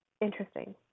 interesting